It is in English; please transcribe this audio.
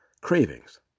cravings